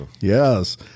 Yes